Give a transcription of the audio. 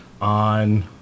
on –